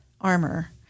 armor